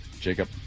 Jacob